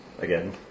again